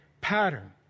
pattern